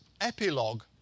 epilogue